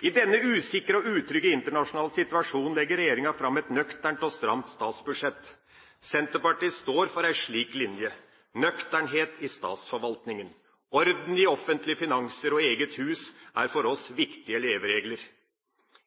I denne usikre og utrygge internasjonale situasjonen legger regjeringa fram et nøkternt og stramt statsbudsjett. Senterpartiet står for en slik linje. Nøkternhet i statsforvaltningen, orden i offentlige finanser og i eget hus er for oss viktige leveregler.